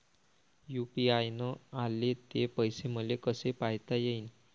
UPI न आले ते पैसे मले कसे पायता येईन?